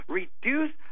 reduce